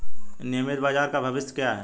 नियमित बाजार का भविष्य क्या है?